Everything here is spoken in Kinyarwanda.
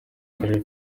karere